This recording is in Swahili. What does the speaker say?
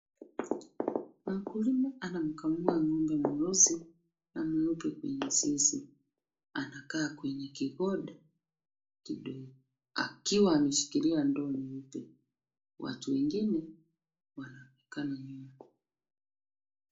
Mkulima anamkamua ng'ombe mweusi na mweupe kwenye zizi, anakaa kwenye kigodi kidogo akiwa ameshikilia ndoo nyeupe. Watu wengine wanaonekana nyuma.